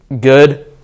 good